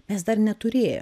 mes dar neturėję